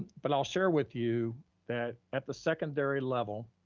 but i'll share with you that at the secondary level,